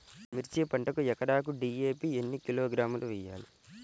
మిర్చి పంటకు ఎకరాకు డీ.ఏ.పీ ఎన్ని కిలోగ్రాములు వేయాలి?